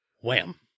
Wham